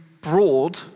broad